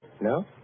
No